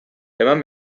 eman